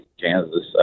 Kansas